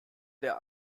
der